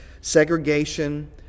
Segregation